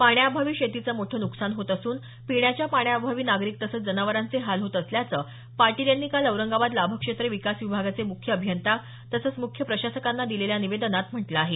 पाण्याअभावी शेतीचे मोठं नुकसान होत असून पिण्याच्या पाण्याअभावी नागरिक तसंच जनावरांचे हाल होत असल्याचं पाटील यांनी काल औरंगाबाद लाभक्षेत्र विकास विभागाचे मुख्य अभियंता तसंच मुख्य प्रशासकांना दिलेल्या निवेदनात म्हटलं आहे